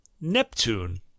Neptune